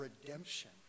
redemption